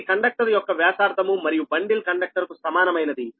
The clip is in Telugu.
ఇది కండక్టర్ యొక్క వ్యాసార్ధము మరియు బండిల్ కండక్టర్ కు సమానమైనది